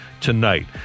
tonight